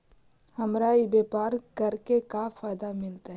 हमरा ई व्यापार करके का फायदा मिलतइ?